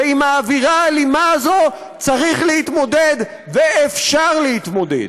ועם האווירה האלימה הזאת צריך להתמודד ואפשר להתמודד.